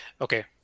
Okay